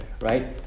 right